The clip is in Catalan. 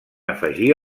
afegir